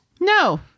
No